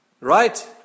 Right